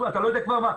אתה לא יודע כבר מה,